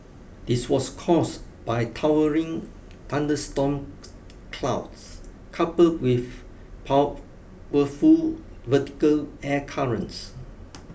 this was caused by towering thunderstorm clouds coupled with powerful vertical air currents